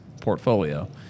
portfolio